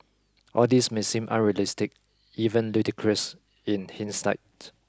all this may seem unrealistic even ludicrous in hindsight